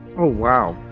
oh wow!